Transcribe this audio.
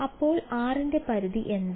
അപ്പോൾ r ന്റെ പരിധി എന്താണ്